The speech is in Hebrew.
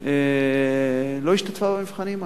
היא לא השתתפה במבחנים האלה.